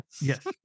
yes